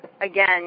again